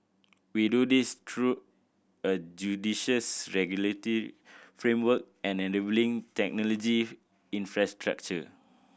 we do this through a judicious regulatory framework and enabling technology infrastructure